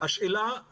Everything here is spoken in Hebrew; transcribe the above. השאלה היא